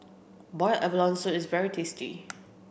boiled abalone soup is very tasty